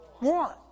want